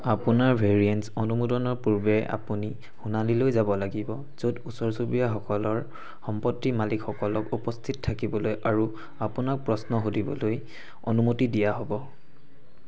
আপোনাৰ ভ্যােৰিয়েন্স অনুমোদনৰ পূৰ্বে আপুনি শুনানিলৈ যাব লাগিব য'ত ওচৰ চুবুৰীয়া সকলৰ সম্পত্তি মালিকসকলক উপস্থিত থাকিবলৈ আৰু আপোনাক প্ৰশ্ন সুধিবলৈ অনুমতি দিয়া হ'ব